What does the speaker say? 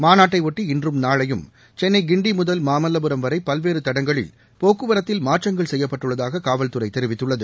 மாநாட்டையொட்டி இன்றும் நாளையும் சென்னை கிண்டி முதல் மாமல்லபுரம் வரை பல்வேறு தடங்களில் போக்குவரத்தில் மாற்றங்கள் செய்யப்பட்டுள்ளதாக காவல்துறை தெரிவித்துள்ளது